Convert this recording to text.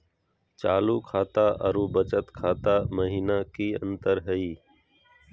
चालू खाता अरू बचत खाता महिना की अंतर हई?